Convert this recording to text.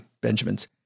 Benjamins